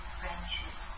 friendship